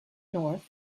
north